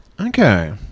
Okay